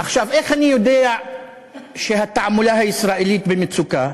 עכשיו, איך אני יודע שהתעמולה הישראלית במצוקה?